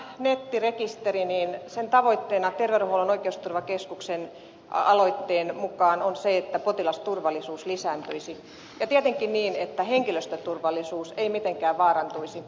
tämän nettirekisterin tavoitteena terveydenhuollon oikeusturvakeskuksen aloitteen mukaan on se että potilasturvallisuus lisääntyisi ja tietenkin niin että henkilöstön turvallisuus ei mitenkään vaarantuisi